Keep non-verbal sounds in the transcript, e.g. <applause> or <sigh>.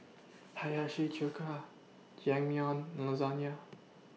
Hiyashi Chuka <unintelligible> and Lasagne